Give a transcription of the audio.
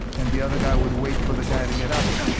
and the other guy would wait for the guy to get up.